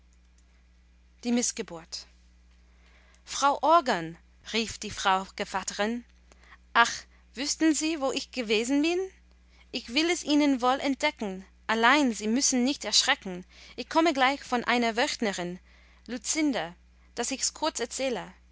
die mißgeburt frau orgon rief die frau gevatterin ach wüßten sie wo ich gewesen bin ich will es ihnen wohl entdecken allein sie müssen nicht erschrecken ich komme gleich von einer wöchnerin lucinde daß ichs kurz erzähle